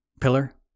pillar